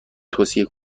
توصیه